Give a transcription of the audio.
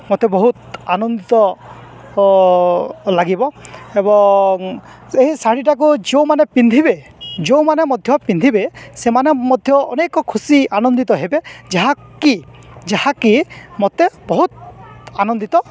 ମୋତେ ବହୁତ ଆନନ୍ଦିତ ଲାଗିବ ଏବଂ ଏହି ଶାଢ଼ୀଟାକୁ ଯେଉଁମାନେ ପିନ୍ଧିବେ ଯେଉଁମାନେ ମଧ୍ୟ ପିନ୍ଧିବେ ସେମାନେ ମଧ୍ୟ ଅନେକ ଖୁସି ଆନନ୍ଦିତ ହେବେ ଯାହାକି ଯାହାକି ମୋତେ ବହୁତ ଆନନ୍ଦିତ